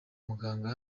muganga